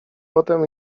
potem